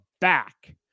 back